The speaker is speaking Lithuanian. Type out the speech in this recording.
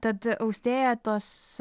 tad austėja tos